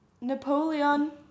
Napoleon